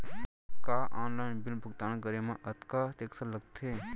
का online bill भुगतान करे मा अक्तहा टेक्स लगथे?